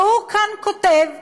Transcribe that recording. והוא כותב כאן,